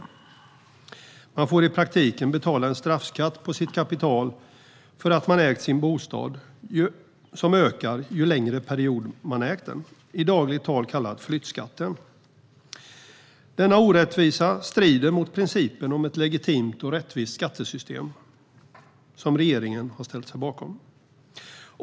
För att man ägt sin bostad får man i praktiken betala en straffskatt på sitt kapital som ökar ju längre period man ägt bostaden. I dagligt tal kallas den flyttskatten. Denna orättvisa strider mot principen om ett legitimt och rättvist skattesystem, som regeringen har ställt sig bakom.